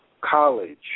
college